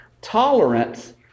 tolerance